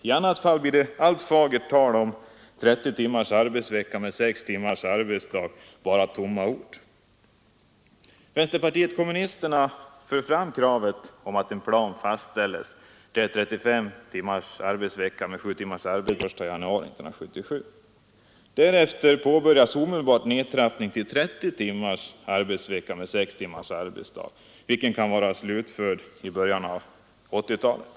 I annat fall blir allt fagert tal om 30 timmars arbetsvecka med sex timmars arbetsdag bara tomma ord. Vänsterpartiet kommunisterna för fram kravet på att en plan fastställes enligt vilken 35 timmars arbetsvecka med sju timmars arbetsdag skall vara helt genomförd den 1 januari 1977. Därefter påbörjas omedelbart den nedtrappning till 30 timmars arbetsvecka med sex timmars arbetsdag som skall vara slutförd senast i början på 1980-talet.